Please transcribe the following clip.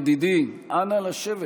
ידידי, נא לשבת.